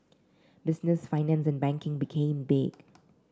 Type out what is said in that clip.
business finance and banking became big